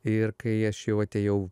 ir kai aš jau atėjau